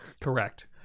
Correct